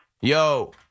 Yo